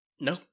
no